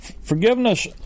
Forgiveness